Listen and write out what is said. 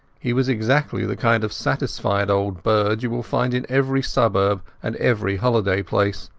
he was exactly the kind of satisfied old bird you will find in every suburb and every holiday place.